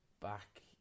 back